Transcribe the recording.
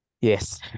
yes